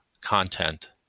content